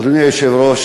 אדוני היושב-ראש,